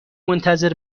منتظر